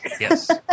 Yes